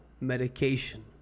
medication